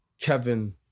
Kevin